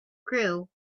crew